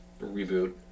reboot